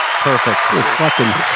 perfect